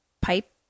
pipe